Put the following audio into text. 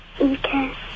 Okay